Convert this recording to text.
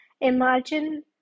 Imagine